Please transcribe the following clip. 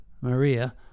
maria